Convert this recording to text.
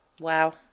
Wow